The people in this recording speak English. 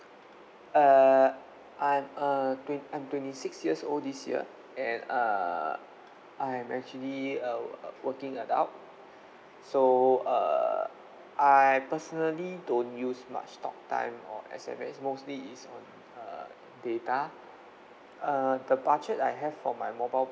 err I'm uh twen~ I'm twenty six years old this year and uh I am actually a working adult so uh I personally don't use much talk time or S_M_S mostly it's on uh data uh the budget I have for my mobile